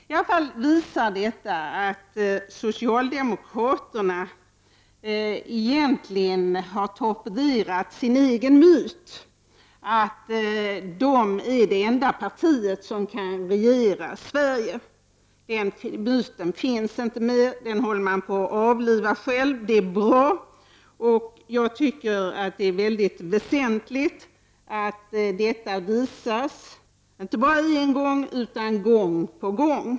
I alla fall visar detta att socialdemokraterna egentligen har torpederat sin egen myt att socialdemokraterna är det enda parti som kan regera Sverige. Den myten finns inte mer, den håller socialdemokraterna själva på att avliva. Det är bra, och det är mycket väsentligt att detta visas inte bara en gång utan gång på gång.